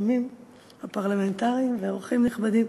הרשמים הפרלמנטריים ואורחים נכבדים,